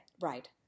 right